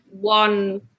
one